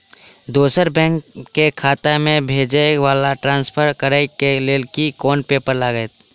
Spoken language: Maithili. दोसर बैंक केँ खाता मे भेजय वा ट्रान्सफर करै केँ लेल केँ कुन पेपर लागतै?